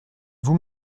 vous